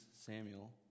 Samuel